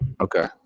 Okay